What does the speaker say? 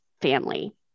family